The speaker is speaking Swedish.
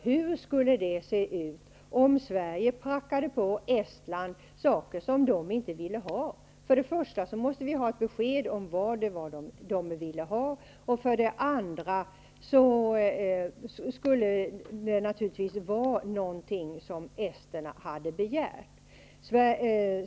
Hur skulle det se ut om Sverige prackade på Estland saker som man där inte vill ha? För det första var vi tvungna att få ett besked om vad det var man vill ha, och för det andra skulle naturligtvis biståndet bestå av någonting som esterna hade begärt.